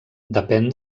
depèn